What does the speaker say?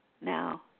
now